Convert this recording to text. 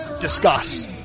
discuss